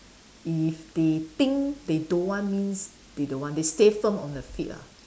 if they think they don't want means they don't want they stay firm on their feet ah